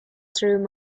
through